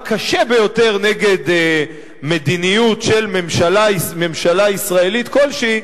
הקשה ביותר נגד מדיניות של ממשלה ישראלית כלשהי,